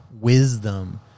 wisdom